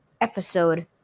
episode